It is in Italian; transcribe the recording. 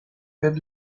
per